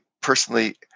personally